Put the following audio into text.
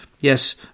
Yes